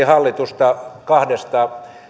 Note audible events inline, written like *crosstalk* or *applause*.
*unintelligible* hallitusta kahdesta